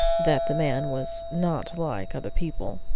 that the man was not like other people.